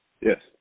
Yes